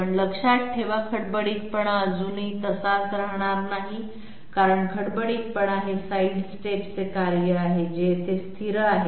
पण लक्षात ठेवा खडबडीतपणा अजूनही तसाच राहणार नाही कारण खडबडीतपणा हे साइड स्टेपचे कार्य आहे जे येथे स्थिर आहे